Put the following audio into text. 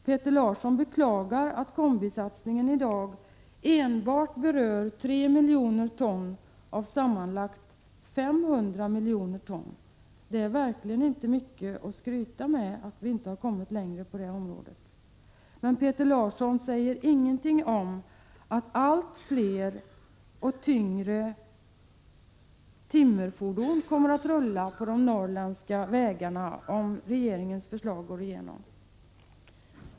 Peter Larsson beklagar att kombisatsningen i dag enbart berör 3 miljoner ton av sammanlagt 500 miljoner ton. Det är verkligen inte mycket att skryta med att vi inte har kommit längre på detta område. Men Peter Larsson säger ingenting om att allt fler och tyngre timmerfordon kommer att rulla på de norrländska vägarna, om regeringens förslag går igenom.